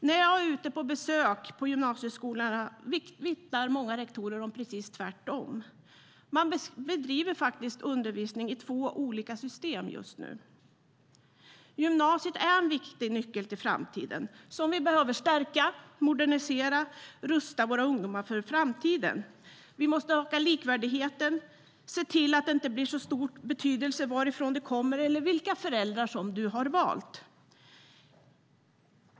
När jag är ute på besök på gymnasieskolorna vittnar många rektorer om att det är tvärtom. Man bedriver faktiskt undervisning i två olika system just nu. Gymnasiet är en viktig nyckel till framtiden som vi behöver stärka och modernisera. Vi måste rusta våra ungdomar för framtiden, öka likvärdigheten och se till att det inte har så stor betydelse var du kommer ifrån eller vilka föräldrar du valt.